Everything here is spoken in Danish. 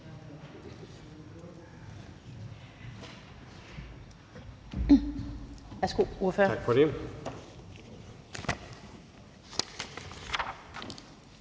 Tak for det.